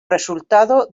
resultado